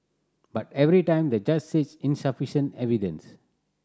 but every time the judge says insufficient evidence